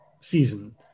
season